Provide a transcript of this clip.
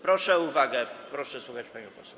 Proszę o uwagę, proszę słuchać pani poseł.